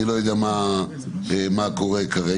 אני לא יודע קורה כרגע.